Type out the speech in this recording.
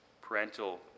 parental